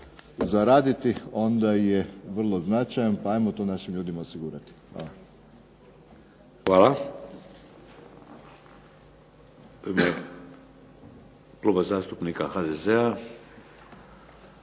zaraditi onda je vrlo značajan pa ajmo to našim ljudima osigurati. Hvala. **Šeks, Vladimir (HDZ)** Hvala.